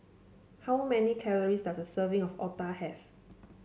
how many calories does a serving of Otah have